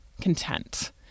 content